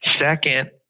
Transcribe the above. Second